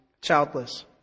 childless